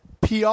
PR